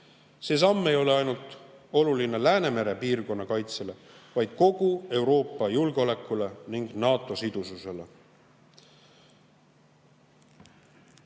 See samm ei ole oluline ainult Läänemere piirkonna kaitsele, vaid kogu Euroopa julgeolekule ning NATO sidususele.